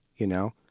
you know,